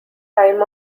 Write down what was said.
time